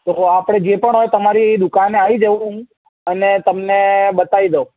તો આપડે જે પણ હોય તમારી દુકાને આવી જઉં હું અને તમને બતાવી દઉં